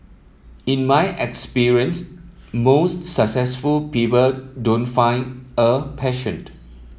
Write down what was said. in my experience most successful people don't find a passion